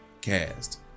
cast